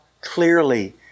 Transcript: clearly